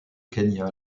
kenya